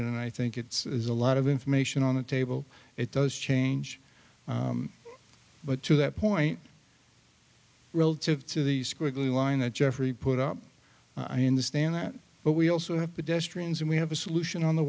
and i think it's a lot of information on the table it does change but to that point relative to the squiggly line that jeffrey put up i understand that but we also have to destroy and we have a solution on the